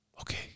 okay